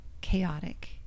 chaotic